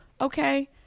okay